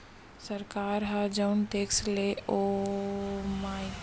सरकार ल जउन टेक्स ले ओला पइसा मिलथे उहाँ ले ही ओहा जम्मो झन बर पइसा के जुगाड़ करथे